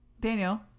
Daniel